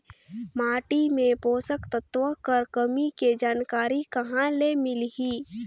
माटी मे पोषक तत्व कर कमी के जानकारी कहां ले मिलही?